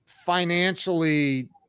financially